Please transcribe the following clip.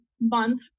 month